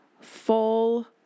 full